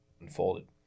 unfolded